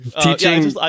Teaching